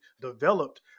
developed